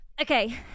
Okay